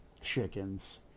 chickens